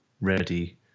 ready